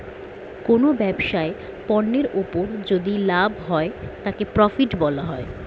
কোনো ব্যবসায় পণ্যের উপর যদি লাভ হয় তাকে প্রফিট বলা হয়